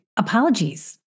Apologies